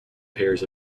pairs